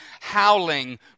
howling